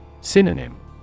Synonym